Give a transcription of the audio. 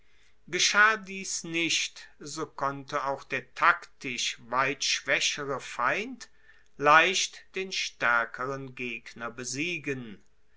geschah dies nicht so konnte auch der taktisch weit schwaechere feind leicht den staerkeren gegner besiegen